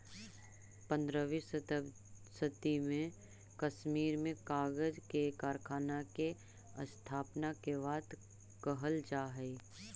पँद्रहवीं सदी में कश्मीर में कागज के कारखाना के स्थापना के बात कहल जा हई